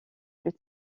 plus